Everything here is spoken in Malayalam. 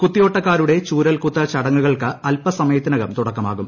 കുത്തിയോട്ടക്കാരുടെ ചൂര്ലക്കുത്ത് ചടങ്ങുകൾക്ക് അല്പസമയത്തിനകം തുടക്കമാകും